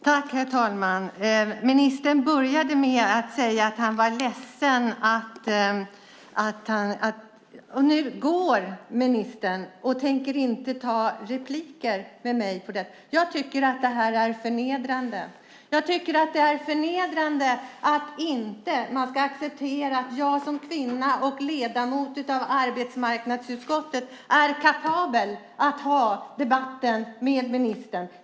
Herr talman! Ministern började med att säga att han var ledsen. Nu går ministern härifrån och tänker inte fortsätta debattera med mig. Jag tycker att detta är förnedrande. Jag tycker att det är förnedrande att man inte accepterar att jag som kvinna och ledamot av arbetsmarknadsutskottet är kapabel att föra debatten med ministern.